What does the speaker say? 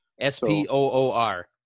S-P-O-O-R